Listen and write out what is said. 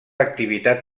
activitat